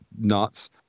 nuts